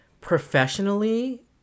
professionally